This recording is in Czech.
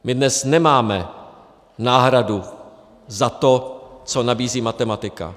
My dnes nemáme náhradu za to, co nabízí matematika.